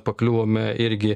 pakliuvome irgi